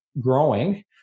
growing